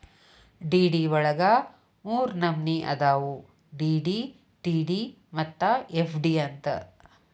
DD ವಳಗ ಮೂರ್ನಮ್ನಿ ಅದಾವು ಡಿ.ಡಿ, ಟಿ.ಡಿ ಮತ್ತ ಎಫ್.ಡಿ ಅಂತ್